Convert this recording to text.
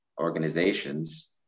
organizations